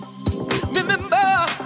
remember